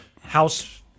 House